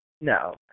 no